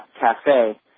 cafe